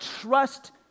trust